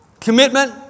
Commitment